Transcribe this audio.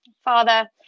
Father